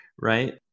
right